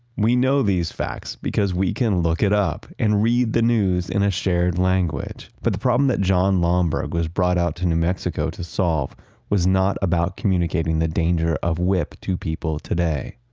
we know these facts because we can look it up and read the news in a shared language. but the problem that jon lomberg was brought out to new mexico to solve was not about communicating the danger of wipp to people today.